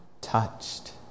touched